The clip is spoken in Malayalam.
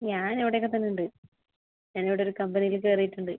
ഞാനിവിടെയെക്കെ തന്നെയുണ്ട് ഞാനിവിടൊരു കമ്പനില് കയറിയിട്ടുണ്ട്